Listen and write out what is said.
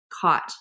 caught